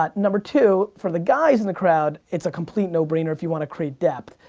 ah number two, for the guys in the crowd, it's a complete no-brainer if you want to create depth,